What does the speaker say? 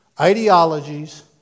ideologies